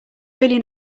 really